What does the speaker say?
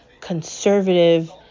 conservative